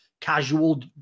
casual